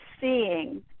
seeing